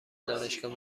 دانشگاه